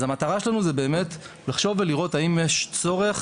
המטרה שלנו היא לחשוב ולראות האם יש צורך